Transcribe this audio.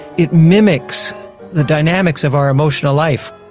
it mimics the dynamics of our emotional life.